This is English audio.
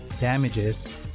damages